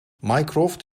mycroft